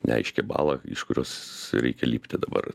neaiškią balą iš kurios reikia lipti dabar